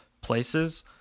places